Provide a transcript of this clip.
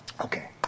Okay